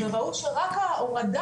וראו שרק ההורדה